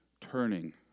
turning